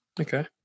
Okay